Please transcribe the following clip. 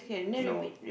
no